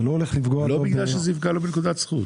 לא בגלל שזה יפגע לו בנקודת זכות.